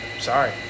sorry